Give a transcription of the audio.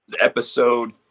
episode